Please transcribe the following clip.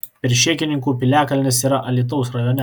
peršėkininkų piliakalnis yra alytaus rajone